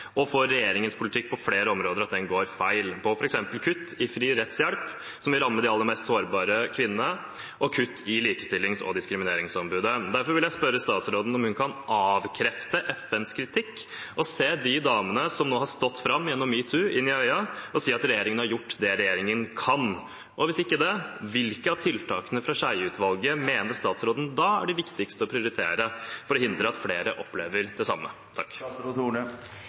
og for at regjeringens politikk på flere områder går feil: f.eks. kutt i fri rettshjelp, som vil ramme de aller mest sårbare kvinnene, og kutt til Likestillings- og diskrimineringsombudet. Derfor vil jeg spørre statsråden om hun kan avkrefte FNs kritikk og se de damene som nå har stått fram gjennom #metoo, inn i øynene og si at regjeringen har gjort det regjeringen kan gjøre? Hvis ikke – hvilke av tiltakene fra Skjeie-utvalget mener statsråden det da er viktigst å prioritere for å hindre at flere opplever det samme?